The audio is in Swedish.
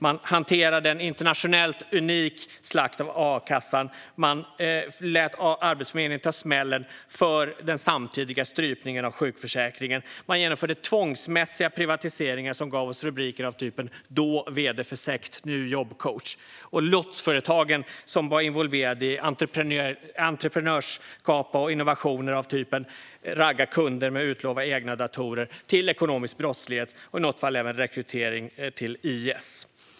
Man hanterade en internationellt unik slakt på a-kassan. Man lät Arbetsförmedlingen ta smällen för den samtidiga strypningen av sjukförsäkringen. Man genomförde tvångsmässiga privatiseringar som gav oss rubriker av typen: "Då vd för sekt, nu jobbcoach." Lotsföretagen var involverade i entreprenöriella innovationer som innebar att man raggade kunder med att utlova egna datorer till ekonomisk brottslighet och i något fall även möjlig rekrytering till IS.